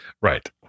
Right